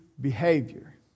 behavior